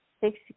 six